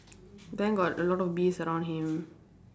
then got a lot of bees around him